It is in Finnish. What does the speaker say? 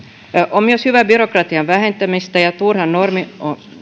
on myös hyvää byrokratian vähentämistä ja turhat